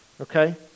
okay